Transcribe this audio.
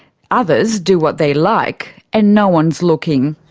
others do what they like, and no one's looking.